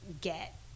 get